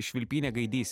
švilpynė gaidys